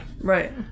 Right